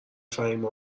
فهیمه